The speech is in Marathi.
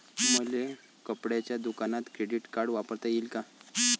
मले कपड्याच्या दुकानात क्रेडिट कार्ड वापरता येईन का?